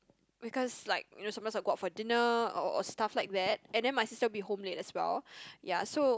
because like you know sometimes I go out for dinner or or stuff like that and then my sister will be home late as well ya so